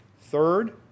Third